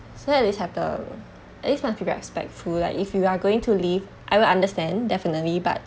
so that is settled at least when people are respectful like if you are going to leave I will understand definitely but